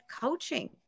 coaching